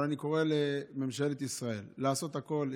אבל אני קורא לממשלת ישראל לעשות הכול.